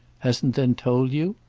hasn't then told you?